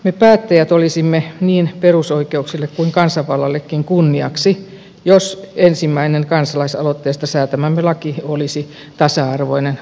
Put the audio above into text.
me päättäjät olisimme niin perusoikeuksille kuin kansanvallallekin kunniaksi jos ensimmäinen kansalaisaloitteesta säätämämme laki olisi tasa arvoinen avioliittolaki